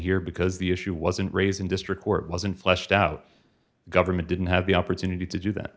here because the issue wasn't raised in district court wasn't fleshed out the government didn't have the opportunity to do that